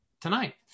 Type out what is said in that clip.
tonight